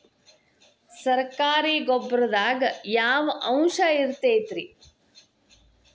ಸರಕಾರಿ ಗೊಬ್ಬರದಾಗ ಯಾವ ಅಂಶ ಇರತೈತ್ರಿ?